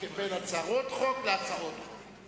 בין "הצהרות חוק" להצעות חוק,